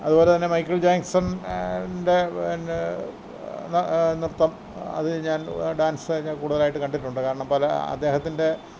അതുപോലെ തന്നെ മൈക്കിൾ ജാക്സൻ്റെ പിന്നെ നൃത്തം അതുകഴിഞ്ഞാൽ ഡാൻസ് തന്നെ കൂടുതലായിട്ട് കണ്ടിട്ടുണ്ട് കാരണം പല അദ്ദേഹത്തിൻ്റെ